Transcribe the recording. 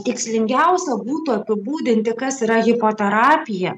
tikslingiausia būtų apibūdinti kas yra hipoterapija